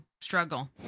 struggle